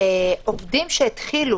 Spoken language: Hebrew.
הוא שעובדים שהתחילו